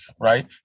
right